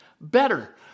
better